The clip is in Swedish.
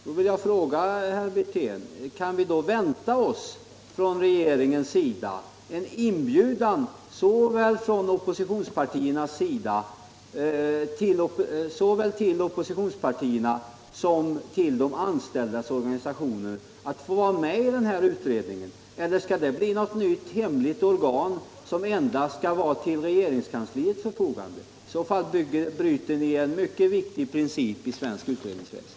Nu vill jag fråga herr Wirtén: Kan vi då vänta oss från regeringens sida en inbjudan såväl till oppositionspartierna som till de anställdas organisationer att få vara med i den här utredningen eller skall det bli något nytt hemligt organ, som endast skall stå till regeringskansliets förfogande? I så fall bryter ni en mycket viktig princip i svenskt utredningsväsende.